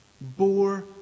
bore